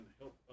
help